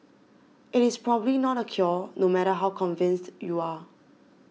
it is probably not the cure no matter how convinced you are